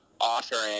offering